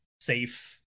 safe